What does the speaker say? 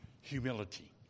humility